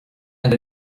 and